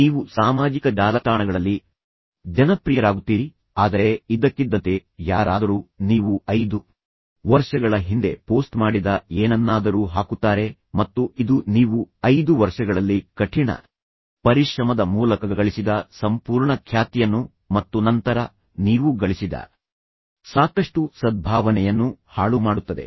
ನೀವು ಸಾಮಾಜಿಕ ಜಾಲತಾಣಗಳಲ್ಲಿ ಜನಪ್ರಿಯರಾಗುತ್ತೀರಿ ಆದರೆ ಇದ್ದಕ್ಕಿದ್ದಂತೆ ಯಾರಾದರೂ ನೀವು 5 ವರ್ಷಗಳ ಹಿಂದೆ ಪೋಸ್ಟ್ ಮಾಡಿದ ಏನನ್ನಾದರೂ ಹಾಕುತ್ತಾರೆ ಮತ್ತು ಇದು ನೀವು 5 ವರ್ಷಗಳಲ್ಲಿ ಕಠಿಣ ಪರಿಶ್ರಮದ ಮೂಲಕ ಗಳಿಸಿದ ಸಂಪೂರ್ಣ ಖ್ಯಾತಿಯನ್ನು ಮತ್ತು ನಂತರ ನೀವು ಗಳಿಸಿದ ಸಾಕಷ್ಟು ಸದ್ಭಾವನೆಯನ್ನು ಹಾಳುಮಾಡುತ್ತದೆ